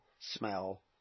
smell